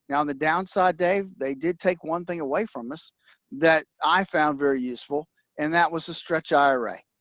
and on the downside, dave, they did take one thing away from us that i found very useful and that was a stretch ira,